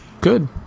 good